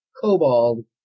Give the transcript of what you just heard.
kobold